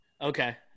Okay